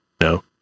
no